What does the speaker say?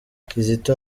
kizito